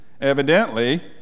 Evidently